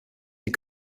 die